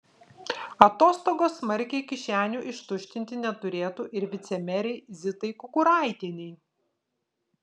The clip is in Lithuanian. atostogos smarkiai kišenių ištuštinti neturėtų ir vicemerei zitai kukuraitienei